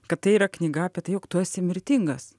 kad tai yra knyga apie tai jog tu esi mirtingas